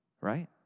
Right